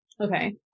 okay